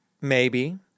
Maybe